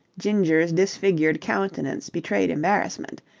ginger's disfigured countenance betrayed embarrassment.